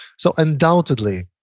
so undoubtedly,